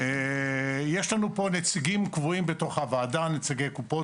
יש לנו נציגים קבועים בתוך הוועדה נציגי הקופות,